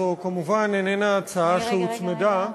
זו כמובן איננה הצעה שהוצמדה,